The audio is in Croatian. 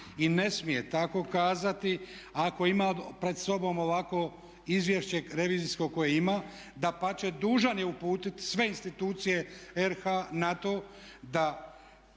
i ne smije tako kazati ako ima pred sobom ovakvo izvješće revizijsko koje ima, dapače dužan je uputiti sve institucije RH na to da